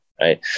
right